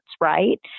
right